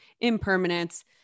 Impermanence